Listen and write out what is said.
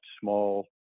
small